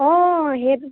অঁ সেইটো